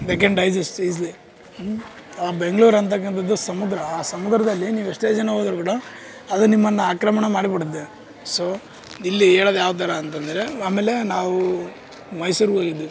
they can digest easily Bengaluru ಅಂತಕ್ಕಂಥದ್ದು ಸಮುದ್ರ ಆ ಸಮುದ್ರದಲ್ಲಿ ನೀವು ಎಷ್ಟೇ ಜನ ಹೋದ್ರು ಕೂಡ ಅದು ನಿಮ್ಮನ್ನ ಆಕ್ರಮಣ ಮಾಡಿ ಬಿಡುತ್ತೆ ಸೊ ಇಲ್ಲಿ ಹೇಳೋದ್ ಯಾವ ಥರ ಅಂತಂದರೆ ಆಮೇಲೆ ನಾವೂ ಮೈಸೂರ್ಗೆ ಹೋಗಿದ್ವಿ